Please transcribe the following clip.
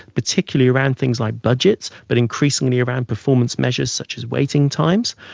particularly around things like budgets, but increasingly around performance measures such as waiting times.